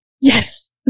Yes